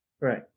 Right